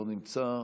לא נמצא,